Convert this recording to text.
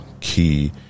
Key